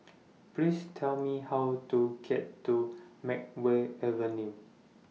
Please Tell Me How to get to Makeway Avenue